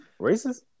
racist